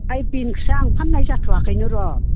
ओय दिंखिया आं फाननाय जाथ'वाखैनो र'